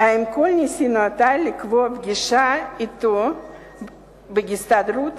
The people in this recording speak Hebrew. אך כל ניסיונותי לקבוע פגישה עם יושב-ראש ההסתדרות